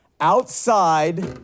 Outside